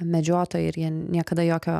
medžiotojai ir jie niekada jokio